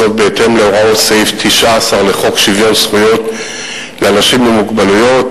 בהתאם להוראות סעיף 19 לחוק שוויון זכויות לאנשים עם מוגבלות,